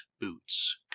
boots